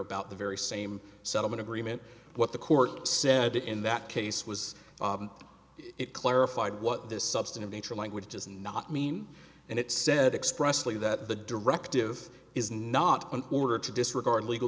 about the very same settlement agreement what the court said in that case was it clarified what this substantive nature language does not mean and it said expressly that the directive is not an order to disregard legal